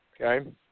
Okay